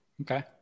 Okay